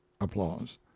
Applause